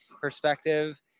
perspective